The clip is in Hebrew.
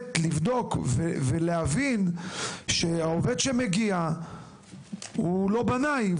לבדוק ולהבין שהעובד שמגיע הוא לא בנאי,